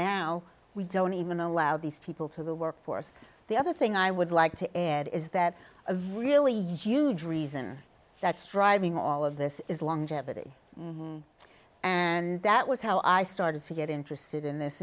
now we don't even allow these people to the work force the other thing i would like to add is that a really huge reason that's driving all of this is long jeopardy and that was how i started to get interested in this